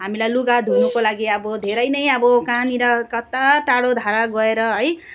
हामीलाई लुगा धुनुको लागि अब धेरै नै अब कहाँनिर कता टाडो धारा गएर है